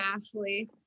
Ashley